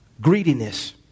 greediness